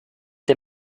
dem